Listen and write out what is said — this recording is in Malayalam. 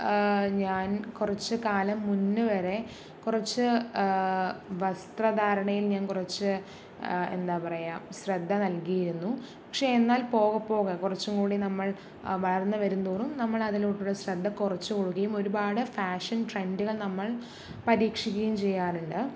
ഞാൻ കുറച്ച് കാലം മുന്നെ വരെ കുറച്ച് വസ്ത്രധാരണയിൽ ഞാൻ കുറച്ച് എന്താ പറയുക ശ്രദ്ധ നൽകിയിരുന്നു പക്ഷേ എന്നാൽ പോകെ പോകെ കുറച്ചും കൂടി നമ്മൾ അ വളർന്ന് വരുന്തോറും നമ്മളതിലോട്ടുള്ള ശ്രദ്ധ കുറച്ച് കൂടി ഒരുപാട് ഫാഷൻ ട്രെൻറ്റുകൾ നമ്മൾ പരീക്ഷിക്കുകയും ചെയ്യാറുണ്ട്